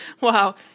Wow